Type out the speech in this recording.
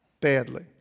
badly